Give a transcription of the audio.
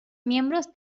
miembros